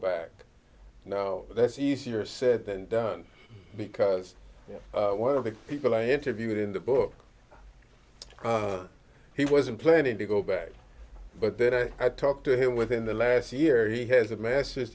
back now that's easier said than done because one of the people i interviewed in the book he wasn't planning to go back but then i had talked to him within the last year he has a m